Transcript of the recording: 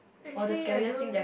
actually I don't